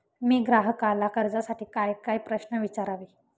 मी ग्राहकाला कर्जासाठी कायकाय प्रश्न विचारावे?